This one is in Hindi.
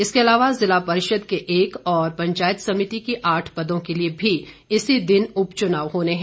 इसके अलावा जिला परिषद के एक और पंचायत समिति के आठ पदों के लिए भी इसी दिन उपचुनाव होने है